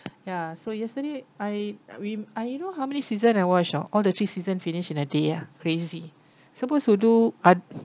ya so yesterday I rem~ ah you know how many season I watch orh all the three season finish in a day ah crazy supposed to do oth~